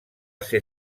ser